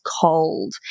cold